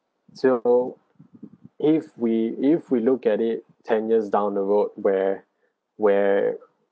still go if we if we look at it ten years down the road where where